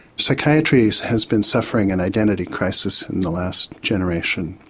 psychiatry has been suffering an identity crisis in the last generation.